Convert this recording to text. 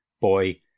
boy